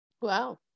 Wow